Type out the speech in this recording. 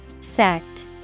Sect